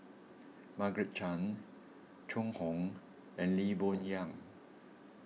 Margaret Chan Zhu Hong and Lee Boon Yang